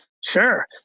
sure